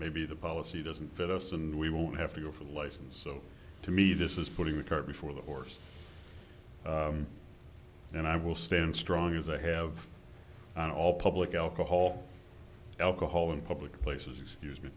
maybe the policy doesn't fit us and we won't have to go for the license so to me this is putting the cart before the horse and i will stand strong as the head of all public alcohol alcohol in public places